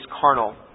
carnal